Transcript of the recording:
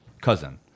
cousin